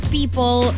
people